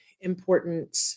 important